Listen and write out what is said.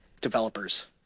developers